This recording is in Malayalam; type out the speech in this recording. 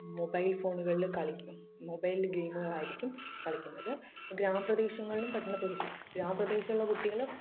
മൊബൈൽ ഫോണുകളിൽ കളിക്കും മൊബൈൽ ഗെയിമുകളായിരിക്കും കളിക്കുന്നത് ഗ്രാമപ്രദേശങ്ങളിലും പട്ടണ ഗ്രാമപ്രദേശങ്ങളിലെ ഗ്രാമ പ്രദേശങ്ങളിലെ കുട്ടികൾ